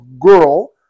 girl